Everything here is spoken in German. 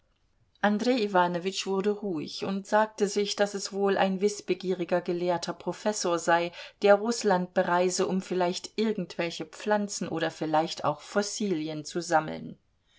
andrej iwanowitsch wurde ruhig und sagte sich daß es wohl ein wißbegieriger gelehrter professor sei der rußland bereise um vielleicht irgendwelche pflanzen oder vielleicht auch fossilien zu sammeln